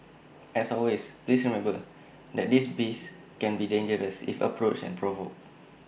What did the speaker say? as always please remember that these beasts can be dangerous if approached and provoked